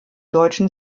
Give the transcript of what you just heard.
deutschen